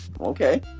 Okay